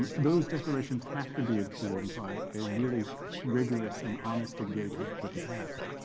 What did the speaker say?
those declarations have to be informed by a really rigorous and honest engagement with the past,